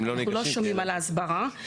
אנחנו לא שומעים על ההסברה.